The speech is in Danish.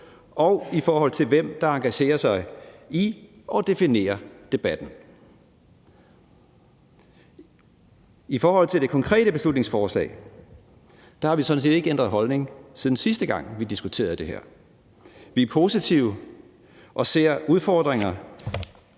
og i forhold til hvem der engagerer sig i og definerer debatten. I forhold til det konkrete beslutningsforslag har vi sådan set ikke ændret holdning, siden sidste gang vi diskuterede det her. Vi er positive, men ser udfordringer